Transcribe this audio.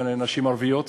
לנשים ערביות.